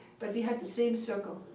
but we had the same circle,